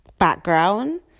background